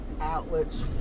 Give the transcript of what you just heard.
outlets